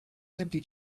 simply